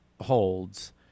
holds